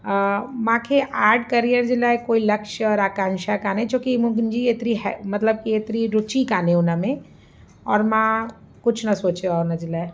मूंखे art career जे लाइ कोई लक्ष्य और आकांक्षा कोन्हे छो कि मुंहिंजी एतिरी है मतिलब कि एतिरी रूचि कोन्हे उन में और मां कुझु न सोचियो आहे उन जे लाइ